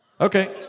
Okay